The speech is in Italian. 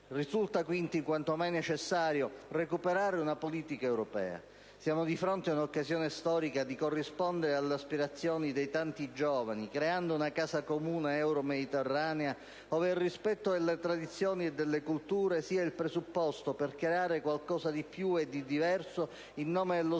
Risulta quindi quanto mai necessario recuperare una politica europea. Siamo di fronte ad un'occasione storica di corrispondere alle aspirazioni di tanti giovani, creando una casa comune euromediterranea, ove il rispetto delle tradizioni e delle culture sia il presupposto per costituire qualcosa di più e di diverso in nome dello